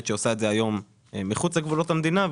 שעושה את זה היום מחוץ לגבולות המדינה.